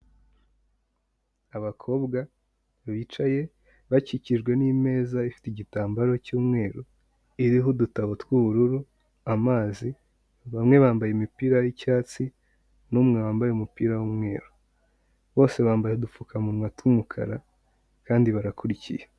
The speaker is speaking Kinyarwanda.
Abakobwa bicaye bakikijwe n'imeza ifite igitambaro cyu'umweru iriho udutabo tw'ubururu amazi, bamwe bambaye imipira y'icyatsi n'umwe wambaye umupira w'umweru, bose bambaye udupfukamunwa tw'umukara kandi barakurikiye.